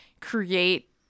create